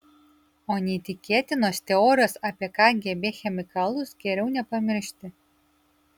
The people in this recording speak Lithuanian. o neįtikėtinosios teorijos apie kgb chemikalus geriau nepamiršti